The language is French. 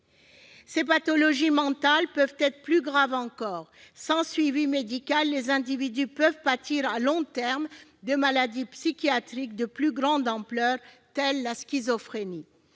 Ces pathologies mentales peuvent être plus graves encore. Sans suivi médical, les individus peuvent pâtir à long terme de maladies psychiatriques de plus grande ampleur, telle la schizophrénie.